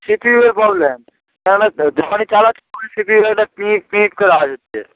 CPU এ problem কেননা যখনই চালাচ্ছি তখনই সিপিইউ এ একটা পিপ পিপ করে আওয়াজ হচ্ছে